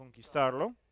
conquistarlo